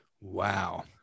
Wow